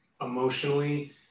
emotionally